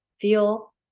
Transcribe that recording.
feel